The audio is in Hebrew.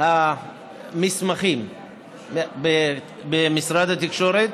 המסמכים במשרד התקשורת.